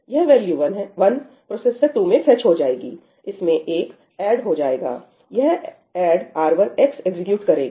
यह value 1 processor 2 में fetch हो जाएगी इसमें एक ऐड हो जाएगा यह ऐड R1X एग्जीक्यूट करेगा